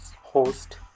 host